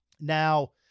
Now